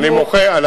אני מוחה,